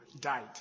died